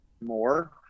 more